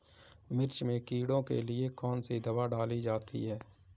मिर्च में कीड़ों के लिए कौनसी दावा डाली जाती है?